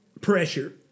pressure